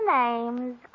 names